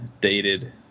dated